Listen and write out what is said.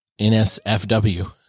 NSFW